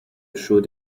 shoot